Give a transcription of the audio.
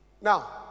now